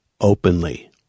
openly